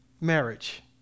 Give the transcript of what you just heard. marriage